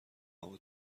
هوا